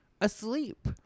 asleep